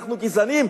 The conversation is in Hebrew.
אנחנו גזענים?